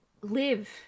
live